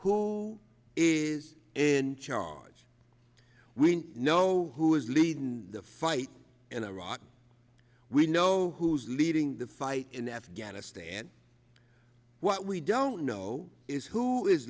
who is in charge we know who is leading the fight in iraq we know who's leading the fight in afghanistan what we don't know is who is